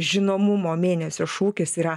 žinomumo mėnesio šūkis yra